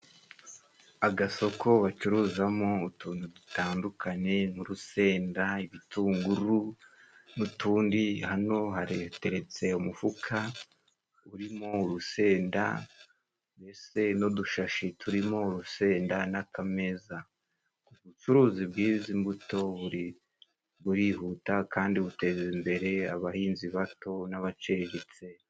Agasoko bacuruzamo utuntu dutandukanye nk'urusenda, ibitunguru n'utundi. Hano hateretse umufuka urimo urusenda, ndetse n'udushashi turimo urusenda, n'akameza. Ubucuruzi bw'izi mbuto burihuta kandi buteza imbere abahinzi bato n'abaciriritse.